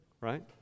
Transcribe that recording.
right